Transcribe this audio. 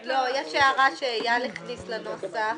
לא, יש הערה שאיל הכניס לנוסח.